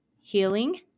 Healing